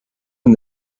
and